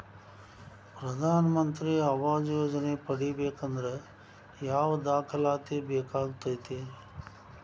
ಪ್ರಧಾನ ಮಂತ್ರಿ ಆವಾಸ್ ಯೋಜನೆ ಪಡಿಬೇಕಂದ್ರ ಯಾವ ದಾಖಲಾತಿ ಬೇಕಾಗತೈತ್ರಿ?